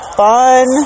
fun